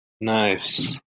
Nice